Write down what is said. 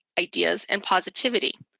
ideas, and positivity.